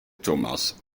thomas